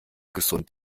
gesund